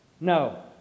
No